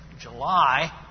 July